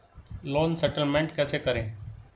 Loan settlement कैसे करें?